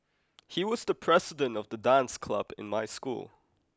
he was the president of the dance club in my school